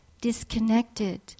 Disconnected